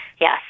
yes